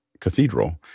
cathedral